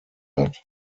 hat